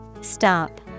Stop